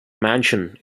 mansion